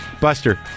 Buster